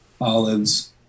olives